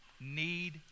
need